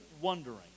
wondering